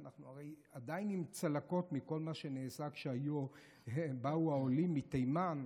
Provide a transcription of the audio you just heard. אנחנו הרי עדיין עם צלקות מכל מה שנעשה כשבאו העולים מתימן,